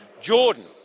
Jordan